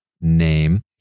name